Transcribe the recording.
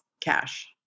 cash